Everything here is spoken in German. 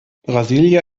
brasília